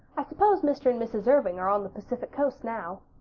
i suppose mr. and mrs. irving are on the pacific coast now.